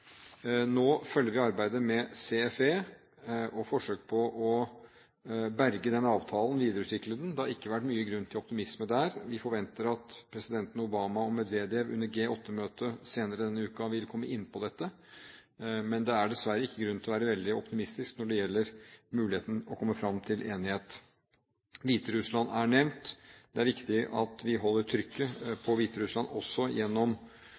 Nå følger vi arbeidet med CFE og forsøk på å berge den avtalen, videreutvikle den. Det har ikke vært mye grunn til optimisme der. Vi forventer at presidentene Obama og Medvedev under G8-møtet senere denne uken vil komme inn på dette, men det er dessverre ikke grunn til å være veldig optimistisk når det gjelder muligheten for å komme fram til enighet. Hviterussland er nevnt. Det er viktig at vi holder trykket på Hviterussland også gjennom